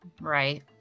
Right